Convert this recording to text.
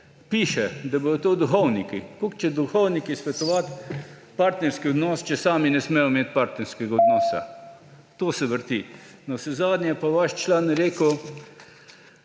piše –, da bodo to duhovniki. Kako bodo duhovniki svetovali glede partnerskega odnosa, če sami ne smejo imeti partnerskega odnosa? To se vrti. Navsezadnje pa je vaš član Jože